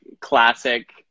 classic